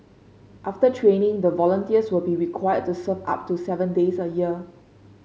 after training the volunteers will be required to serve up to seven days a year